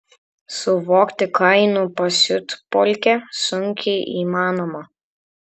suvokti kainų pasiutpolkę sunkiai įmanoma